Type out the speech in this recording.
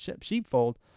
sheepfold